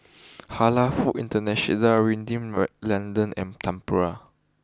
Halal food International London and Tempur